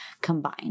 combine